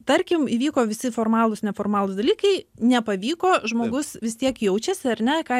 tarkim įvyko visi formalūs neformalūs dalykai nepavyko žmogus vis tiek jaučiasi ar ne ką